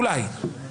אולי.